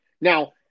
Now